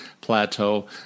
plateau